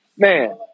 Man